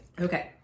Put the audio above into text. Okay